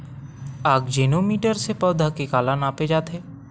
आकजेनो मीटर से पौधा के काला नापे जाथे?